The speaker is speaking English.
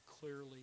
clearly